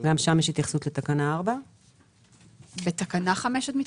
גם שם יש התייחסות לתקנה 4. את מתכוונת בתקנה 5?